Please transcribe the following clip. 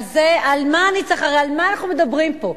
על מה אנחנו מדברים פה?